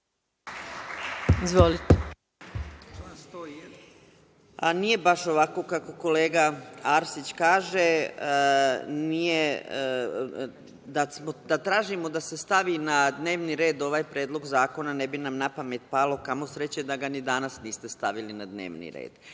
Radeta** Nije baš ovako kako kolega Arsić kaže. Da tražimo da se stavi na dnevni red ovaj predlog zakona ne bi nam na pamet palo. Kamo sreće da ga ni danas niste stavili na dnevni red,